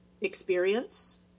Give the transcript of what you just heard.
experience